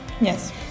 Yes